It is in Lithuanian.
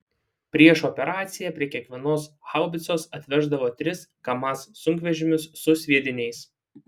prieš operaciją prie kiekvienos haubicos atveždavo tris kamaz sunkvežimius su sviediniais